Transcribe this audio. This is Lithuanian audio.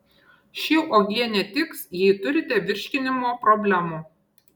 ši uogienė tiks jei turite virškinimo problemų